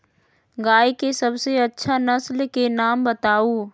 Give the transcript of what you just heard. गाय के सबसे अच्छा नसल के नाम बताऊ?